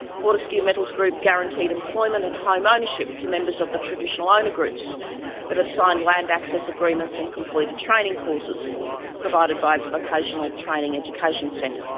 fortescue metals group guaranteed employment and home ownership to members of the traditional owner groups that have signed land access agreements and completed training courses provided by its vocational training education centre